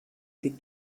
die